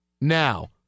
now